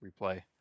replay